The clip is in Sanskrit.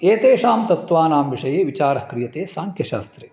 एतेषां तत्त्वानां विषये विचारः क्रियते साङ्ख्यशास्त्रे